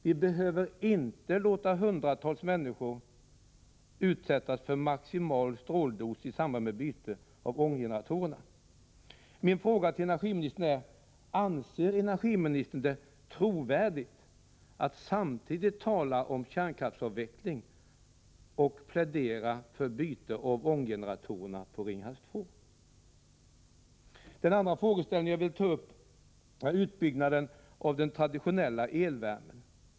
Vi behöver inte låta hundratals människor utsättas för maximal stråldos i samband med byte av ånggeneratorerna. Min fråga till energiministern är: Anser energiministern det trovärdigt att samtidigt tala om kärnkraftsavveckling och plädera för byte av ånggeneratorerna på Ringhals 2? Den andra frågeställning som jag vill ta upp är utbyggnaden av den traditionella elvärmen.